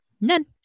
None